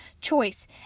choice